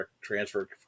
transfer